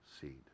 seed